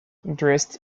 dressed